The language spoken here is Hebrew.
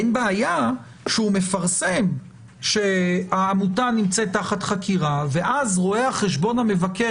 אין בעיה כשהוא מפרסם שהעמותה נמצאת תחת חקירה ואז רואה החשבון המבקר